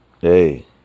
Hey